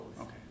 Okay